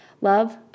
Love